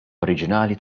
oriġinali